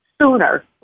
sooner